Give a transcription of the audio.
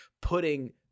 putting